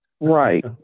Right